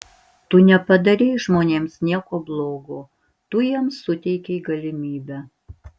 tu nepadarei žmonėms nieko blogo tu jiems suteikei galimybę